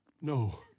No